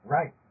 Right